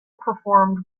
performed